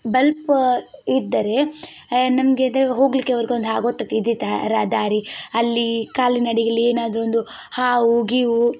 bulb ಇದ್ದರೆ ನಮಗೆ ಇದ್ರಲ್ಲಿ ಹೋಗ್ಲಿಕ್ಕೆ ಅವರಿಗೊಂದು ಆಗುವಂಥದ್ದು ಇದ್ದಿತ್ತು ದಾರಿ ಅಲ್ಲಿ ಕಾಲಿನಡಿಯಲ್ಲಿ ಏನಾದರೂ ಒಂದು ಹಾವು ಗೀವು